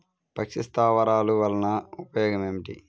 పక్షి స్థావరాలు వలన ఉపయోగం ఏమిటి?